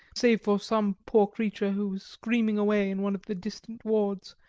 save for some poor creature who was screaming away in one of the distant wards,